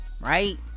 right